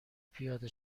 پیاده